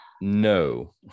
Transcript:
No